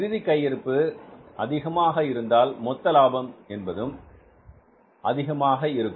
இறுதி கையிருப்பு அதிகமாக இருந்தால் மொத்த லாபம் என்பதும் அதிகமாக இருக்கும்